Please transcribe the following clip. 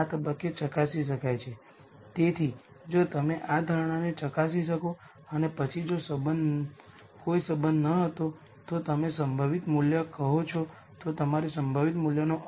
આ કિસ્સામાં હું તમને પરિણામ બતાવવા જઈશ અને આ પરિણામ સિમેટ્રિક મેટ્રિક્સ માટે માન્ય છે